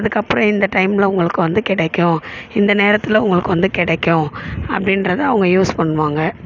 அதுக்கப்புறம் இந்த டைமில் உங்களுக்கு வந்து கிடைக்கும் இந்த நேரத்தில் உங்களுக்கு வந்து கிடைக்கும் அப்டின்றதை அவங்க யூஸ் பண்ணுவாங்க